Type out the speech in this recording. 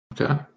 Okay